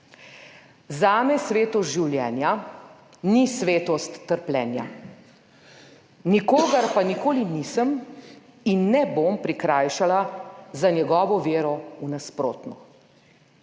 Zame svetost življenja ni svetost trpljenja. Nikogar pa nikoli nisem in ne bom prikrajšala za njegovo vero v nasprotno.